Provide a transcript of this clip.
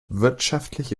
wirtschaftliche